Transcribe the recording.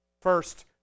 first